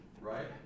right